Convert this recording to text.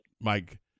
Mike